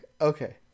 Okay